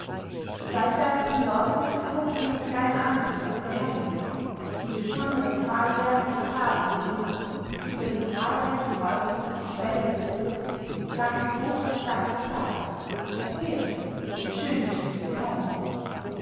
seitwärts vom dorfe erhob sich auf kleiner anhöhe der herrenhof mit besonderem pfahlwerk und graben umgeben über die zahlreichen häuser und ställe des hofes ragte hoch das dach des saals der first mit schön geschnitzten hörnern